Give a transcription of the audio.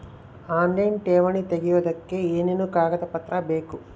Online ಠೇವಣಿ ತೆಗಿಯೋದಕ್ಕೆ ಏನೇನು ಕಾಗದಪತ್ರ ಬೇಕು?